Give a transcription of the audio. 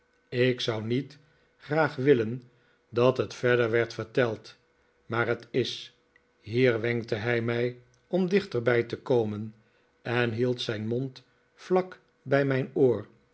ik zou niet graag willen dat het verder werd yerteld maar het is hier wenkte hij mij om dichterbij te komen en hield zijn mond vlak bij mijn oor